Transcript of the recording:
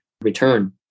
return